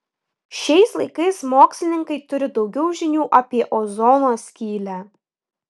šiais laikais mokslininkai turi daugiau žinių apie ozono skylę